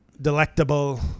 delectable